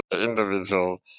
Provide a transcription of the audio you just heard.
Individual